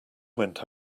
went